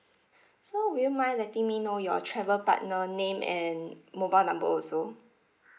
so would you mind letting me know your travel partner name and mobile number also